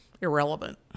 irrelevant